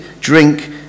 drink